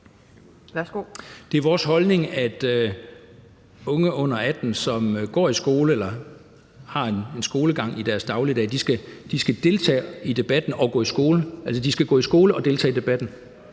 Det er vores holdning, at unge under 18 år, som går i skole eller har en skolegang i deres dagligdag, skal deltage i debatten og gå i skole, altså de skal gå i skole og deltage i debatten.